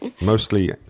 Mostly